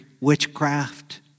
witchcraft